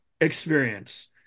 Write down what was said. experience